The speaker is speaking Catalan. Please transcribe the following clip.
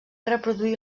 reproduir